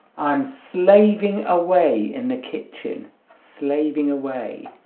i'm slaving away in the kitchen slaving away